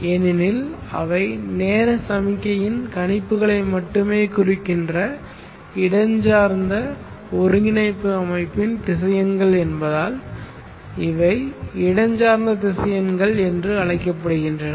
ஏனெனில் அவை நேர சமிக்ஞையின் கணிப்புகளை மட்டுமே குறிக்கின்ற இடஞ்சார்ந்த ஒருங்கிணைப்பு அமைப்பின் திசையன்கள் என்பதால் இவை இடஞ்சார்ந்த திசையன்கள் என்று அழைக்கப்படுகின்றன